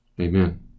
Amen